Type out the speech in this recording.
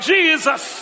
Jesus